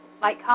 Mike